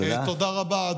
תודה רבה.